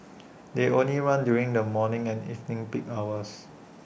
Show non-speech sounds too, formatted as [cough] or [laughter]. [noise] they only run during the morning and evening peak hours